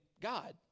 God